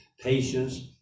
patience